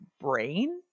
brain